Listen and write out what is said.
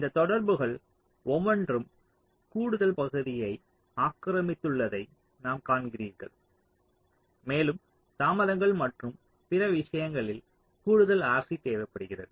இந்த தொடர்புகள் ஒவ்வொன்றும் கூடுதல் பகுதியை ஆக்கிரமித்துள்ளதை நாம் காண்கிறீர்கள் மேலும் தாமதங்கள் மற்றும் பிற விஷயங்களில் கூடுதல் RC தேவைபடுகிறது